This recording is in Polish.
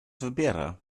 wybiera